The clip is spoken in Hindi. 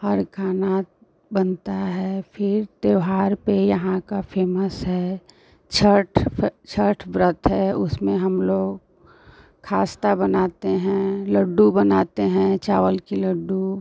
हर खाना बनता है फिर त्योहार पर यहाँ का फ़ेमस है छठ छठ व्रत है उसमें हमलोग ख़ास्ता बनाते हैं लड्डू बनाते हैं चावल के लड्डू